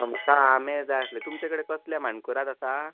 आमकां आंबे जाय आसले तुमचे कडेन कसलें मानकुराद आसा